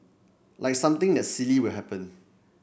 like something that silly will happen